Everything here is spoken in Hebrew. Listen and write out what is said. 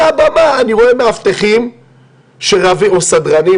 מהבמה אני רואה מאבטחים או סדרנים,